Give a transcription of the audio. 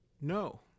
no